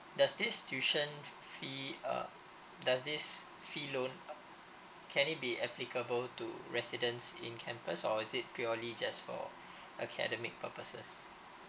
does this tuition fee uh does this fee loan can it be applicable to residents in campus or is it purely just for academic purposes